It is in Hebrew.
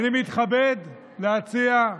אני מתכבד להציע,